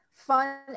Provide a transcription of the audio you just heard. Fun